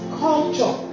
culture